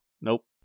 Nope